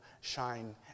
shine